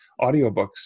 audiobooks